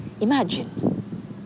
imagine